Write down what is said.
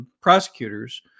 prosecutors